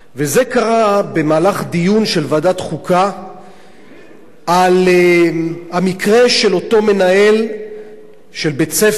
וזה קרה במהלך דיון של ועדת החינוך על המקרה של אותו מנהל של בית-ספר